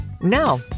Now